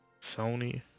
Sony